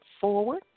forward